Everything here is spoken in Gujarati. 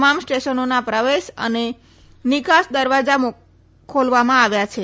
તમામ સ્ટેશનોના પ્રવેશ અને નિકાસના દરવાજા મોકલવામાં આવ્યા છે